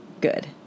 Good